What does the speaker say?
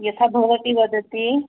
यथा भवती वदति